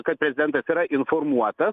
kad prezidentas yra informuotas